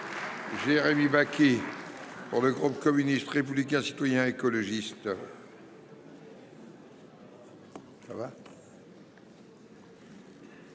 Jérémy Bacchi, pour le groupe Communiste Républicain Citoyen et Écologiste